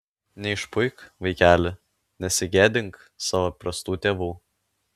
neišpuik vaikeli nesigėdink savo prastų tėvų